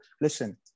Listen